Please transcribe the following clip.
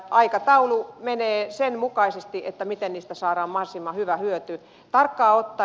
aikataulu menee sen mukaisesti miten niistä saadaan mahdollisimman hyvä hyöty